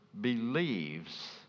believes